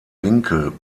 winkel